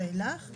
ואילך.